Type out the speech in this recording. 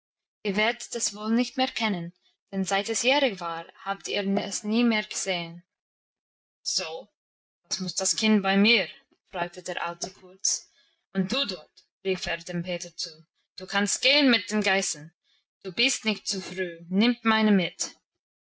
ihr werdet es wohl nicht mehr kennen denn seit es jährig war habt ihr es nie mehr gesehen so was muss das kind bei mir fragte der alte kurz und du dort rief er dem peter zu du kannst gehen mit deinen geißen du bist nicht zu früh nimm meine mit